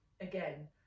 Again